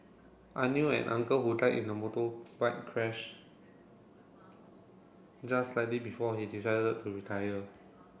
I knew an uncle who died in a motorbike crash just slightly before he decided to retire